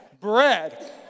bread